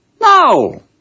No